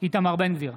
איתמר בן גביר,